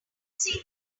seem